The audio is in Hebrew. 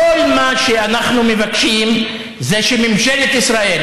כל מה שאנחנו מבקשים זה שממשלת ישראל,